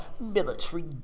military